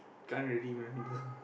can't really remember